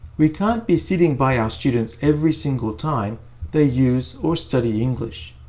we can't be sitting by our students every single time they use or study english.